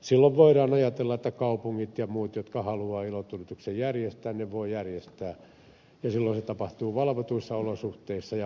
silloin voidaan ajatella että kaupungit ja muut jotka haluavat ilotulituksen järjestää voivat järjestää ja silloin se tapahtuu valvotuissa olosuhteissa ja valvottuun aikaan